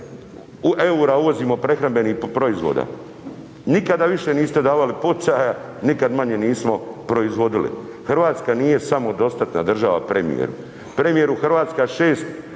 EUR-a uvozimo prehrambenih proizvoda. Nikada više niste davali poticaja, nikad manje nismo proizvodili. Hrvatska nije samodostatna država premijeru. Premijeru, Hrvatska 6%